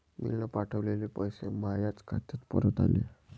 मीन पावठवलेले पैसे मायाच खात्यात परत आले